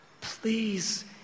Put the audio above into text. please